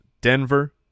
Denver